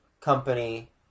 company